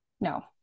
No